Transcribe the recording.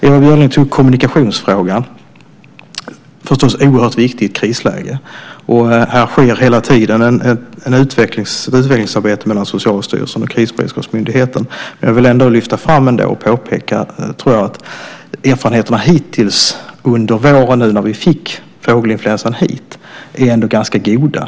Ewa Björling tog upp kommunikationsfrågan. Det är förstås oerhört viktigt i ett krisläge. Här sker hela tiden ett utvecklingsarbete mellan Socialstyrelsen och Krisberedskapsmyndigheten. Jag vill ändå lyfta fram och påpeka att erfarenheterna hittills under våren sedan vi fick fågelinfluensan hit är ganska goda.